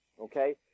okay